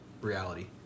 Reality